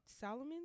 Solomon